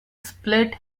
split